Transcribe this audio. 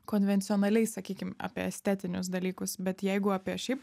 konvencionaliai sakykim apie estetinius dalykus bet jeigu apie šiaip